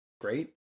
Great